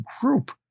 group